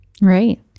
Right